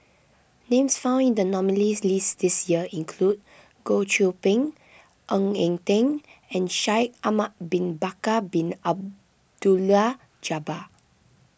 names found in the nominees' list this year include Goh Qiu Bin Ng Eng Teng and Shaikh Ahmad Bin Bakar Bin Abdullah Jabbar